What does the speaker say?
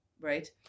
right